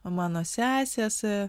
mano sesės